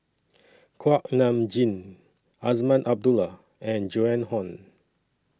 Kuak Nam Jin Azman Abdullah and Joan Hon